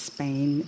Spain